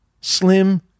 Slim